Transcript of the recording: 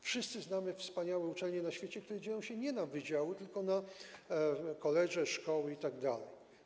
Wszyscy znamy wspaniałe uczelnie na świecie, które dzielą się nie na wydziały, tylko na college, szkoły itd.